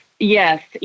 Yes